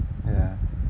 ya